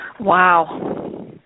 Wow